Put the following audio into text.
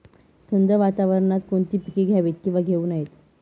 थंड वातावरणात कोणती पिके घ्यावीत? किंवा घेऊ नयेत?